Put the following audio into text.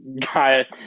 guy